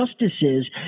justices